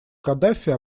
каддафи